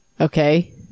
okay